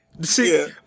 See